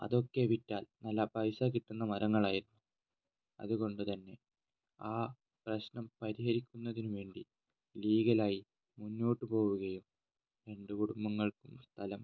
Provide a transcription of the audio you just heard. അതൊക്കെ വിറ്റാൽ നല്ല പൈസ കിട്ടുന്ന മരങ്ങളായിരുന്നു അതുകൊണ്ടുതന്നെ ആ പ്രശ്നം പരിഹരിക്കുന്നതിന് വേണ്ടി ലീഗലായി മുന്നോട്ട് പോവുകയും രണ്ട് കുടുംബങ്ങൾക്കും സ്ഥലം